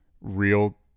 real